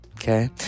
Okay